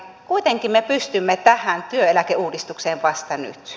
kuitenkin me pystymme tähän työeläkeuudistukseen vasta nyt